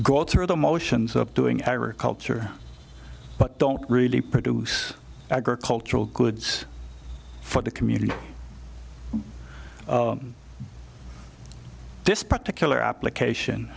go through the motions of doing agriculture but don't really produce agricultural goods for the community this particular application